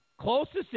closest